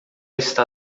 está